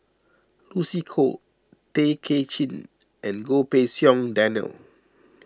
Lucy Koh Tay Kay Chin and Goh Pei Siong Daniel